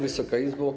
Wysoka Izbo!